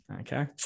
Okay